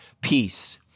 peace